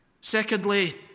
Secondly